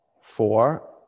four